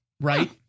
right